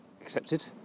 accepted